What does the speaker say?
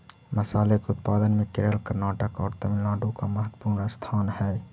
मसाले के उत्पादन में केरल कर्नाटक और तमिलनाडु का महत्वपूर्ण स्थान हई